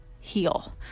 heal